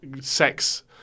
sex